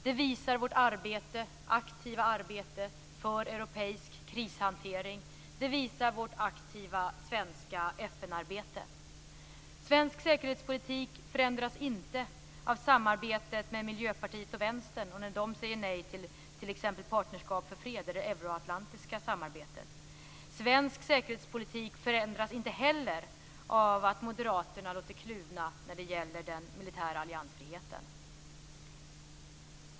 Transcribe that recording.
Det visar vårt aktiva arbete för europeisk krishantering och vårt aktiva svenska FN-arbete. Svensk säkerhetspolitik förändras inte av samarbetet med Miljöpartiet och Vänstern och när de säger nej till exempelvis Partnerskap för fred eller det euroatlantiska samarbetet. Svensk säkerhetspolitik förändras inte heller av att moderaterna låter kluvna när det gäller den militära alliansfriheten.